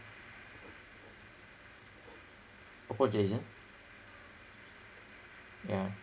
yeah